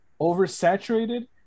oversaturated